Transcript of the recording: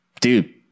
dude